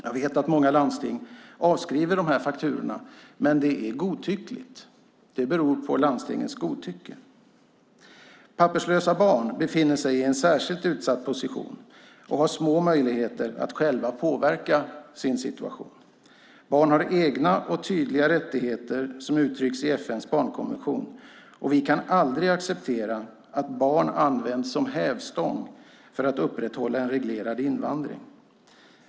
Jag vet att många landsting avskriver de här fakturorna, men det är godtyckligt. Det beror på landstingens godtycke. Papperslösa barn befinner sig i en särskilt utsatt position och har små möjligheter att själva påverka sin situation. Barn har egna och tydliga rättigheter som uttrycks i FN:s barnkonvention. Vi kan aldrig acceptera att barn används som hävstång för att upprätthålla en reglerad invandring.